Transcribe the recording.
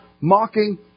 mocking